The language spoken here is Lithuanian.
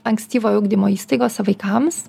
ankstyvojo ugdymo įstaigose vaikams